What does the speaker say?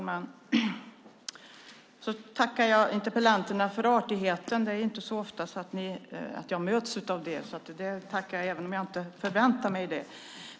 Herr talman! Jag tackar interpellanterna för artigheten. Det är inte så ofta som jag möts av detta, så det tackar jag för, även om jag inte förväntar mig det.